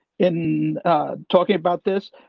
in talking about this,